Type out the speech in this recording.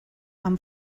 amb